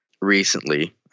Recently